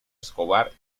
escobar